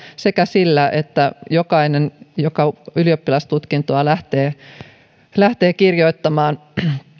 sekä se että jokainen joka ylioppilastutkintoa lähtee lähtee kirjoittamaan